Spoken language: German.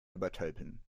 übertölpeln